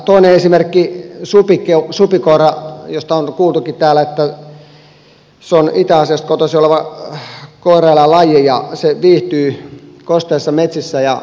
toinen esimerkki on supikoira josta on kuultukin täällä että se on itä aasiasta kotoisin oleva koiraeläinlaji ja se viihtyy kosteissa metsissä ja luonnossa